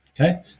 Okay